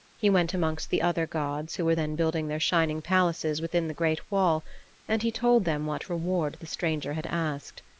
he went amongst the other gods who were then building their shining palaces within the great wall and he told them what reward the stranger had asked.